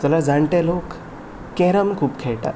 जाल्यार जाणटे लोक कॅरम खूब खेळटा